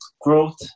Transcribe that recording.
growth